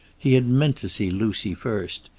he had meant to see lucy first.